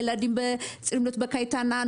ילדים צריכים להיות בקייטנה,